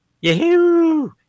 yahoo